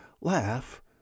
laugh